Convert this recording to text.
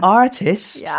artist